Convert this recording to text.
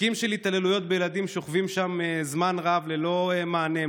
תיקים של התעללויות בילדים שוכבים שם זמן רב ללא מענה,